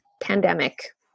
pandemic